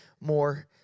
more